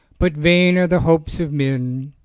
but vain are the hopes of men.